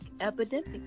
epidemic